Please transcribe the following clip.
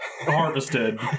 harvested